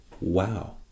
Wow